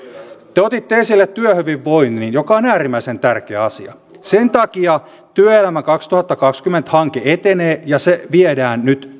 te otitte esille työhyvinvoinnin joka on äärimmäisen tärkeä asia sen takia työelämä kaksituhattakaksikymmentä hanke etenee ja se viedään nyt